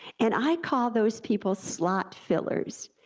and i call those people slot fillers.